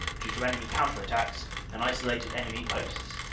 due to enemy counter-attacks and isolated enemy posts,